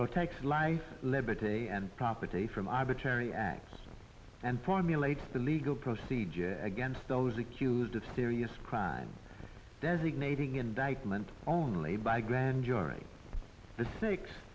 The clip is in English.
protect life liberty and property from arbitrary acts and formulate the legal procedure against those accused of serious crime designating indictment only by grand jury the s